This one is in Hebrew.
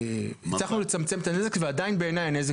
כמו ריינדיר